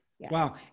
wow